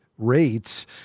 rates